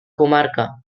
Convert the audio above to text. comarca